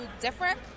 different